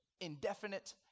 indefinite